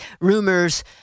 Rumors